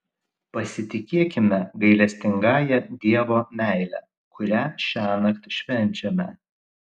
pasitikėkime gailestingąja dievo meile kurią šiąnakt švenčiame